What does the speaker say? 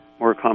more